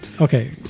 Okay